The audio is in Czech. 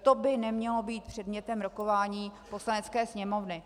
To by nemělo být předmětem rokování Poslanecké sněmovny.